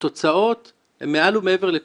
בקורס קצר, הבנות